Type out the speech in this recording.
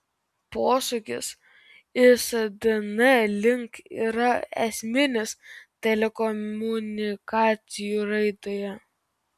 posūkis isdn link yra esminis telekomunikacijų raidoje